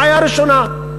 הבעיה הראשונה,